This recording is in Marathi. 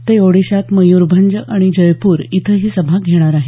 ते ओडिशात मयूरभंज आणि जयपूर इथंही सभा घेणार आहेत